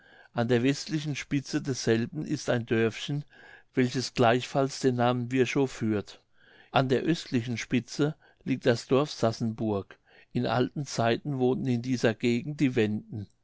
an der westlichen spitze desselben ist ein dörfchen welches gleichfalls den namen wirchow führt an der östlichen spitze liegt das dorf sassenburg in alten zeiten wohnten in dieser gegend die wenden